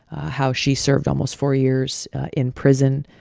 how she served almost four years in prison,